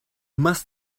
más